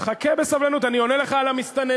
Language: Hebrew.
חכה בסבלנות, אני עונה לך על המסתננים.